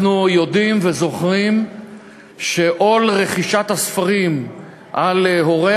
אנחנו יודעים וזוכרים שעול רכישת הספרים על הורי